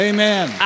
Amen